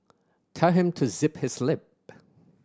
tell him to zip his lip